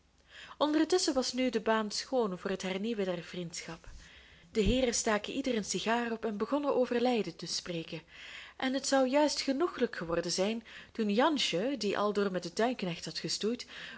ondertusschen was nu de baan schoon voor het hernieuwen der vriendschap de heeren staken ieder een sigaar op en begonnen over leiden te spreken en het zou juist genoegelijk geworden zijn toen jansje die altijddoor met den tuinknecht had gestoeid